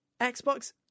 Xbox